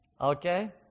Okay